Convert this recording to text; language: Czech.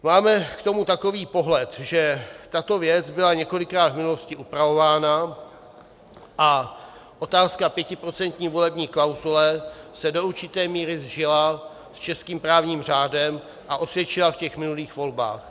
Máme k tomu takový pohled, že tato věc byla několikrát v minulosti upravována a otázka pětiprocentní volební klauzule se do určité míry sžila s českým právním řádem a osvědčila v těch minulých volbách.